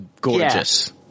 gorgeous